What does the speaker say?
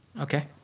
Okay